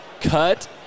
cut –